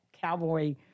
cowboy